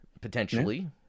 potentially